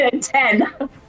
Ten